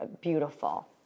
beautiful